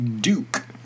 Duke